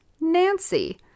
Nancy